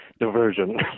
diversion